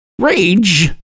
Rage